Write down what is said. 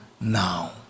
now